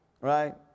right